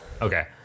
Okay